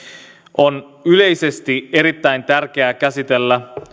on yleisesti erittäin tärkeää käsitellä